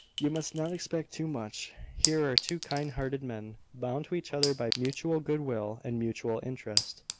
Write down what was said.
you must not expect too much. here are two kind-hearted men, bound to each other by mutual good will and mutual interest.